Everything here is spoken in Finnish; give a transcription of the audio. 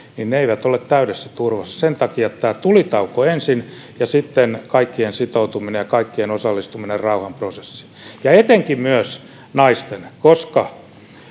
tulevat eivät ole täydessä turvassa sen takia tämä tulitauko ensin ja sitten kaikkien sitoutuminen ja kaikkien osallistuminen rauhanprosessiin ja etenkin myös naisten koska